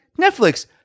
Netflix